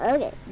Okay